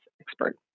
Expert